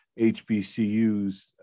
HBCUs